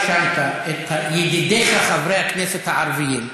אתה האשמת את ידידיך חברי הכנסת הערבים.